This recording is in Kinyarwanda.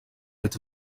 leta